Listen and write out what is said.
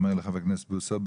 אמר לי חבר הכנסת בוסו,